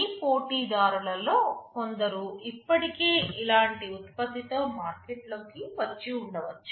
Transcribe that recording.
మీ పోటీదారులలో కొందరు ఇప్పటికే ఇలాంటి ఉత్పత్తితో మార్కెట్లోకి వచ్చి ఉండవచ్చు